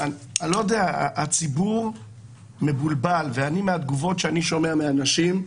הציבור מבולבל, ומהתגובות שאני שומע מאנשים,